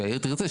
והעיר תרצה,